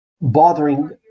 bothering